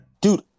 Dude